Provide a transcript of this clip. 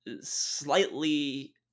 slightly